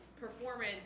performance